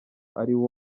ariwo